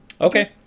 Okay